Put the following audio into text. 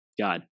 God